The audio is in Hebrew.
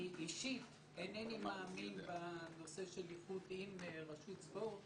אני אישית אינני מאמין בנושא של איחוד עם רשות ספורט.